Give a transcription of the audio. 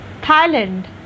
thailand